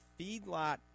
feedlot